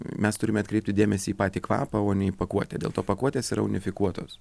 mes turime atkreipti dėmesį į patį kvapą o ne į pakuotę dėl to pakuotės yra unifikuotos